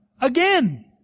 again